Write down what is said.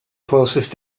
closest